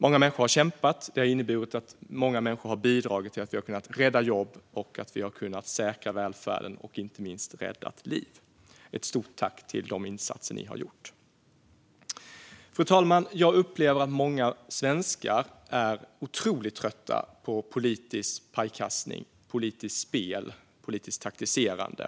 Många människor har kämpat, och det har inneburit att många människor har bidragit till att rädda jobb och säkra välfärden - och inte minst till att rädda liv. Jag riktar ett stort tack till er för de insatser ni har gjort. Fru talman! Jag upplever att många svenskar är otroligt trötta på politisk pajkastning, politiskt spel och politiskt taktiserande.